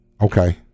Okay